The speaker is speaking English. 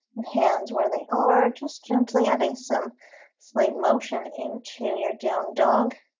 hands where they are just gently adding some slight motion into your down dog